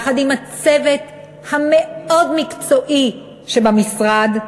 יחד עם הצוות המאוד מקצועי שבמשרד,